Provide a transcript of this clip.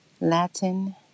Latin